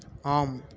ஆம்